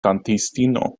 kantistino